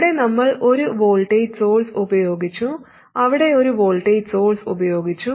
ഇവിടെ നമ്മൾ ഒരു വോൾട്ടേജ് സോഴ്സ് ഉപയോഗിച്ചു അവിടെ ഒരു വോൾട്ടേജ് സോഴ്സ് ഉപയോഗിച്ചു